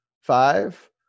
Five